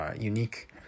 unique